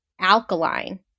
alkaline